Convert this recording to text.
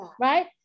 right